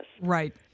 Right